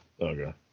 Okay